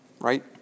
Right